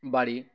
বাড়ি